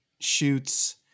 shoots